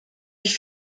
ich